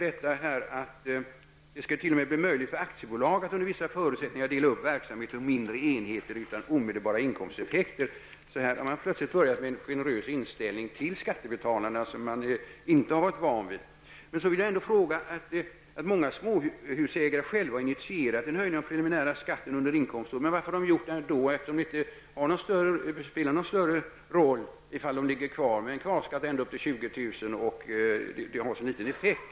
Det skall nu t.o.m. bli möjligt för aktiebolag att under vissa förutsättningar dela upp verksamhet i mindre enheter utan omedelbar inkomsteffekt. Här har man plötsligt intagit en generös ställning till skattebetalarna, något som vi inte är vana vid. Statsrådet säger att många småhusägare har själva initierat en höjning av preliminärskatten under inkomståret. Varför har de gjort det om det inte spelar någon större roll ifall de ligger med en kvarskatt ända upp till 20 000 kr. och det har så liten effekt?